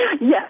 Yes